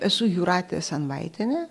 esu jūratė senvaitienė